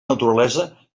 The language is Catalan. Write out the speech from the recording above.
naturalesa